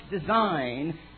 design